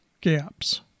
gaps